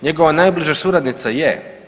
Njegova najbliža suradnica je.